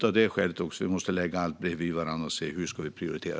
Av det skälet måste vi lägga alla behov bredvid varandra och se: Hur ska vi prioritera?